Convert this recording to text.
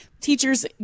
Teachers